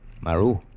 Maru